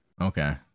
Okay